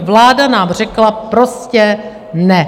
Vláda nám řekla prostě ne.